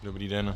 Dobrý den.